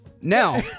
Now